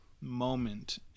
moment